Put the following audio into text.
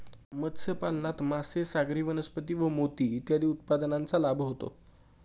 मत्स्यपालनात मासे, सागरी वनस्पती व मोती इत्यादी उत्पादनांचा लाभ होतो